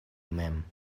mem